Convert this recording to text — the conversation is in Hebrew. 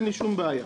אין לי שום בעיה.